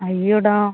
അയ്യോടാ